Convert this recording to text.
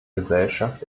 gesellschaft